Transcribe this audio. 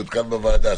כאן בוועדה,